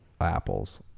apples